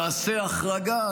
נעשה החרגה,